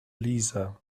lisa